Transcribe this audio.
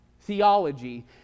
theology